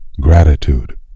gratitude